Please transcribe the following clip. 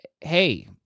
hey